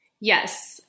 Yes